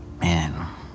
Man